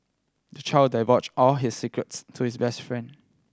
the child divulged all his secrets to his best friend